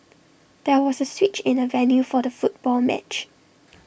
there was A switch in the venue for the football match